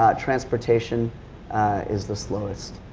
um transportation is the slowest.